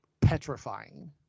petrifying